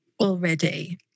already